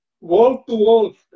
Wall-to-wall